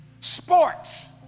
sports